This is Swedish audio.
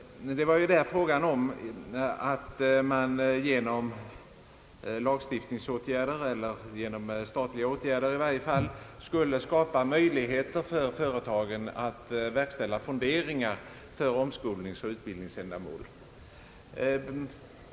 Det var där fråga om att genom lagstiftning eller i varje fall genom statliga åtgärder skapa möjligheter för företagen att verkställa fonderingar för omskolningsoch utbildningsändamål.